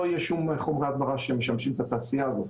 לא יהיו שום חומרי הדברה שמשמשים את התעשייה הזאת.